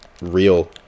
real